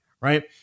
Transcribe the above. right